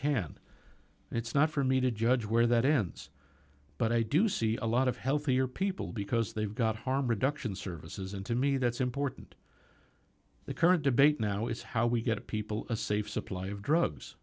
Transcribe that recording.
can it's not for me to judge where that ends but i do see a lot of healthier people because they've got harm reduction services and to me that's important the current debate now is how we get people a safe supply of drugs